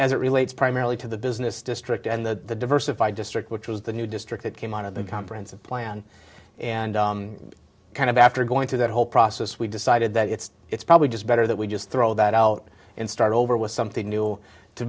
s it relates primarily to the business district and the diversified district which was the new district that came out of the comprehensive plan and kind of after going through that whole process we decided that it's it's probably just better that we just throw that out and start over with something new to